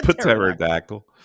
pterodactyl